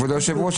כבוד היושב-ראש,